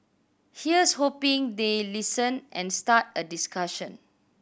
here's hoping they listen and start a discussion